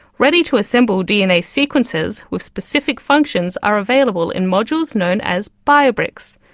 ready-to-assemble dna sequences with specific functions are available in modules known as bio-bricks.